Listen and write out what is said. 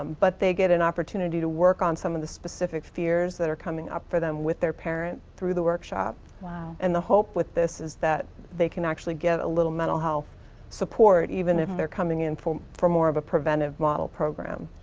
um but they get an opportunity to work on some of the specific fears that are coming up for them with their parent through the workshop. wow. and the hope with this is that they can actually get a little mental health support support even if they're coming in for for more of a preventive model program.